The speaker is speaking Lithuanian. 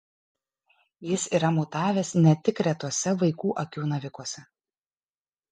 jis yra mutavęs ne tik retuose vaikų akių navikuose